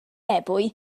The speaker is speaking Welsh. ebwy